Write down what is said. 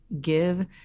give